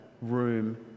room